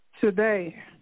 today